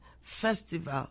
Festival